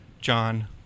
John